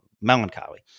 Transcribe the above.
melancholy